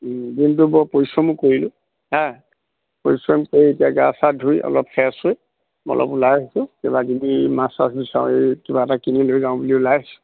দিনটো বৰ পৰিশ্ৰম কৰিলোঁ হা পৰিশ্ৰম কৰি এতিয়া গা চা ধুই অলপ ফ্ৰেছ হৈ অলপ ওলাই আহিছোঁ কিবা কিনি মাছ চাছ বিচাৰোঁ এই কিবা এটা কিনি লৈ যাওঁ বুলি ওলাই আহিছোঁ